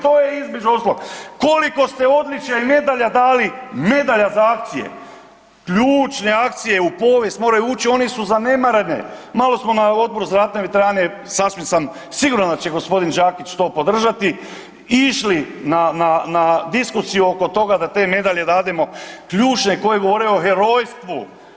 To je između ostalog, koliko ste odličja i medalja dali, medalja za akcije, ključne akcije u povijest moraju ući, one su zanemarene, malo smo na Odboru za ratne veterane sasvim sam siguran da će gospodin Đakić to podržati, išli na diskusiju oko toga da te medalje dademo ključne koje govore o herojstvu.